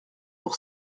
pour